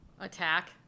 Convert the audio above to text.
attack